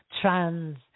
Trans